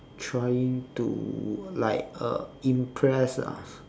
trying to like uh impress ah